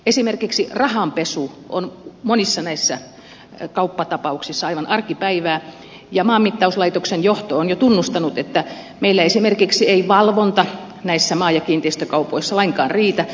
esimerkiksi rahanpesu on monissa näissä kauppatapauksissa aivan arkipäivää ja maanmittauslaitoksen johto on jo tunnustanut että meillä esimerkiksi valvonta ei näissä maa ja kiinteistökaupoissa lainkaan riitä